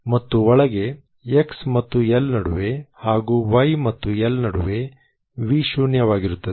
ಮತ್ತು ಒಳಗೆ x ಮತ್ತು L ನಡುವೆ ಹಾಗೂ y ಮತ್ತು L ನಡುವೆ V ಶೂನ್ಯವಾಗಿರುತ್ತದೆ